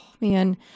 Man